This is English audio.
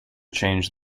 changed